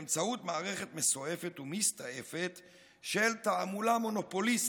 באמצעות מערכת מסועפת ומסתעפת של תעמולה מונופוליסטית.